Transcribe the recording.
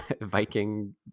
Viking